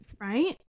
Right